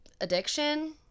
addiction